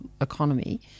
economy